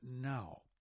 now